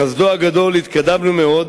בחסדו הגדול התקדמנו מאוד,